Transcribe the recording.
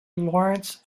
lawrence